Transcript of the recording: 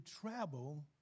travel